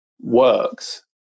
works